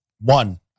one